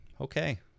Okay